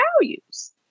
values